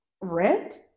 Rent